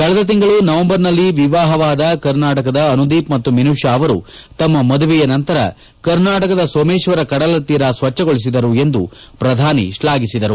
ಕಳೆದ ತಿಂಗಳು ನವೆಂಬರ್ನಲ್ಲಿ ವಿವಾಹವಾದ ಕರ್ನಾಟಕದ ಅನುದೀಪ್ ಮತ್ತು ಮಿನುಷಾ ಅವರು ತಮ್ಮ ಮದುವೆಯ ನಂತರ ಕರ್ನಾಟಕದ ಸೋಮೇಶ್ವರ ಕಡಲ ತೀರ ಸ್ವಚ್ಛಗೊಳಿಸಿದರು ಎಂದು ಪ್ರಧಾನಿ ಶ್ಲಾಘಿಸಿದರು